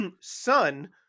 son